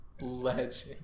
Legend